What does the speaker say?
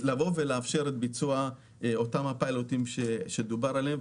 לאפשר את ביצוע הפיילוטים שדובר עליהם.